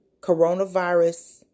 coronavirus